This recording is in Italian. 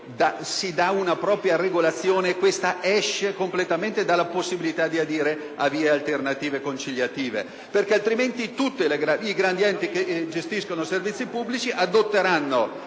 si dà una propria regolazione, questa esce completamente dalla possibilità di adire a vie alternative conciliative; altrimenti tutti i grandi enti che gestiscono servizi pubblici adotteranno